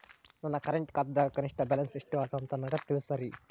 ನನ್ನ ಕರೆಂಟ್ ಖಾತಾದಾಗ ಕನಿಷ್ಠ ಬ್ಯಾಲೆನ್ಸ್ ಎಷ್ಟು ಅದ ಅಂತ ನನಗ ತಿಳಸ್ರಿ